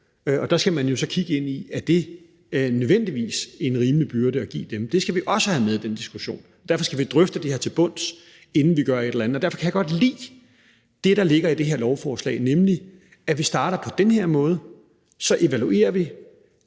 Der skal man jo så kigge ind i: Er det nødvendigvis en rimelig byrde at give dem? Det skal vi også have med i den diskussion. Derfor skal vi drøfte det her til bunds, inden vi gør et eller andet, og derfor kan jeg godt lide det, der ligger i det her lovforslag, nemlig at vi starter på den her måde, så evaluerer vi